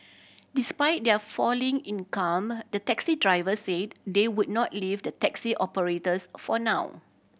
despite their falling income the taxi drivers said they would not leave the taxi operators for now